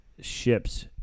Ships